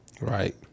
Right